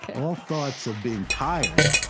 and all thoughts of being tired,